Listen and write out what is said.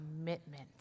commitment